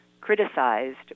criticized